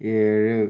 ഏഴ്